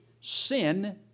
sin